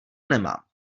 nemám